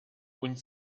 und